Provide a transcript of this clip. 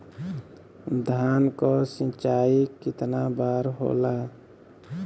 धान क सिंचाई कितना बार होला?